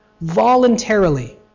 voluntarily